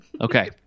okay